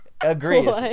agrees